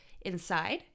inside